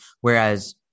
Whereas